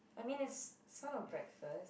I mean it's sort of breakfast